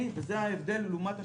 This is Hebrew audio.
וזה ההבדל לעומת השינוע,